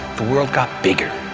the world got bigger.